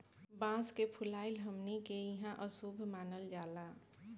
बांस के फुलाइल हमनी के इहां अशुभ मानल जाला